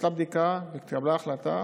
נעשתה בדיקה והתקבלה החלטה